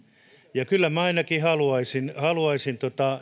kyllä minä ainakin haluaisin haluaisin